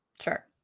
Sure